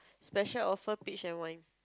special offer peach and wine